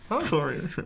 Sorry